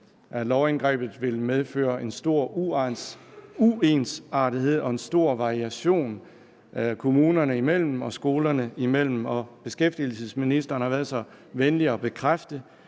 lovindgrebet vil medføre en stor uensartethed og en stor variation kommunerne imellem og skolerne imellem. Beskæftigelsesministeren har været så venlig at bekræfte